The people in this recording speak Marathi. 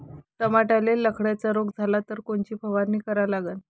टमाट्याले लखड्या रोग झाला तर कोनची फवारणी करा लागीन?